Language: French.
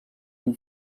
une